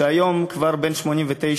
שהיום הוא כבר בן 89,